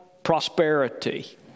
prosperity